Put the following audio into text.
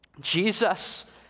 Jesus